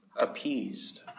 appeased